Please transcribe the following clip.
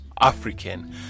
African